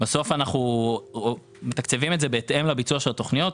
בסוף אנחנו מתקצבים את זה בהתאם לביצוע של התוכניות.